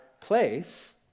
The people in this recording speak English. place